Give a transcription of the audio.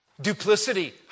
Duplicity